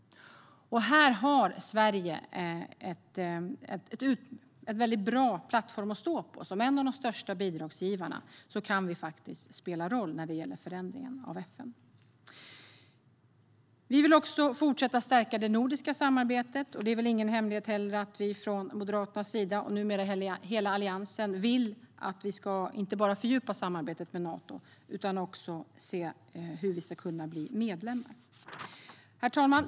Här har Sverige en bra plattform att stå på. Som en av de största bidragsgivarna kan vi spela en roll när det gäller förändringen av FN. Vi vill också fortsätta stärka det nordiska samarbetet. Det är inte någon hemlighet att Moderaterna, och numera hela Alliansen, vill att Sverige inte bara ska fördjupa samarbetet med Nato utan också ska titta på hur Sverige kan bli medlem. Herr talman!